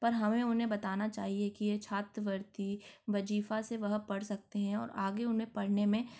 पर हमें उन्हें बताना चाहिए कि ये छात्रवृत्ति वजीफ़ा से वह पढ़ सकते हैं और आगे उन्हें पढ़ने में